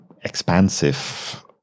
expansive